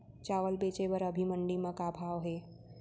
चांवल बेचे बर अभी मंडी म का भाव हे?